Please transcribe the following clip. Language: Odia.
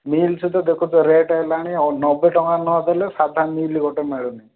ମିଲ୍ ସବୁ ତ ଦେଖୁଥିବେ ଯେଉଁ ରେଟ୍ ହେଲାଣି ଆଉ ନବେ ଟଙ୍କା ନଦେଲେ ସାଧା ମିଲ୍ ଗୋଟେ ମିଳୁନି